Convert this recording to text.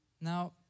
Now